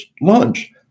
lunch